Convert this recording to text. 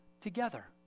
together